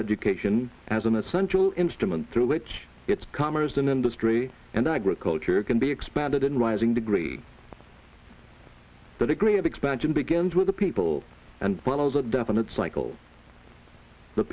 education as an essential instrument through which it's commerce and industry and agriculture can be expanded in rising degree but agree expansion begins with the people and follows a definite cycle th